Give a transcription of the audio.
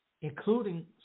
including